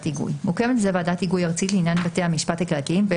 היגוי מוקמת בזה ועדת היגוי ארצית לעניין בתי המשפט הקהילתיים,